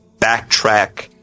backtrack